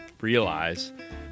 Realize